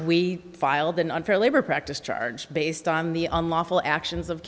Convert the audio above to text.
we filed an unfair labor practice charge based on the unlawful actions of